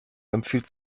empfiehlt